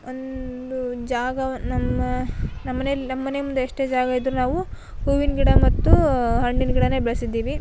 ಒಂದು ಜಾಗ ನಮ್ಮ ನಮ್ಮನೆಲಿ ನಮ್ಮನೆ ಮುಂದೆ ಎಷ್ಟೇ ಜಾಗ ಇದ್ದರು ನಾವು ಹೂವಿನ ಗಿಡ ಮತ್ತು ಹಣ್ಣಿನ ಗಿಡವೇ ಬೆಳೆಸಿದ್ದೀವಿ